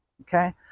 okay